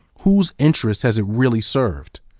whose interest has it really served?